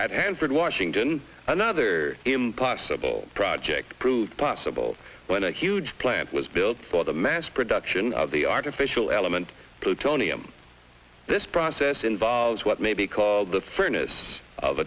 at hanford washington another impossible project proved possible when a huge plant was built for the mass production of the artificial element plutonium this process involves what may be called the f